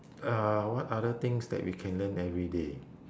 uh what other things that we can learn every day